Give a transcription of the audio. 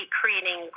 creating